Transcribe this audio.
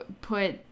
put